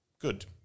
good